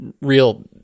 real